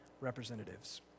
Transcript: representatives